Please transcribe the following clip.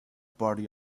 party